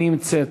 נמצאת.